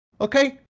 Okay